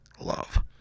love